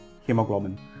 hemoglobin